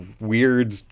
weird